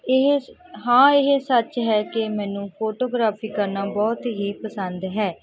ਇਹ ਹਾਂ ਇਹ ਸੱਚ ਹੈ ਕਿ ਮੈਨੂੰ ਫੋਟੋਗ੍ਰਾਫੀ ਕਰਨਾ ਬਹੁਤ ਹੀ ਪਸੰਦ ਹੈ